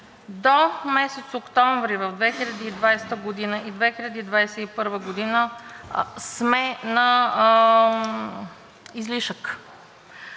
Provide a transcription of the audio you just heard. До месец октомври 2020 г. и 2021 г. сме на излишък.